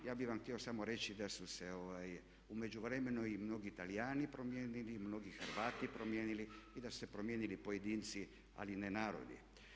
Ja bih vam htio samo reći da su se u međuvremenu i mnogi Talijani promijenili i mnogi Hrvati promijenili i da su se promijenili pojedinci, ali ne narodi.